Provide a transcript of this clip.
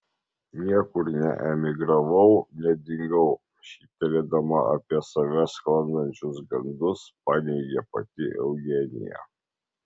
niekur neemigravau nedingau šyptelėdama apie save sklandančius gandus paneigė pati eugenija